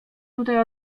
tutaj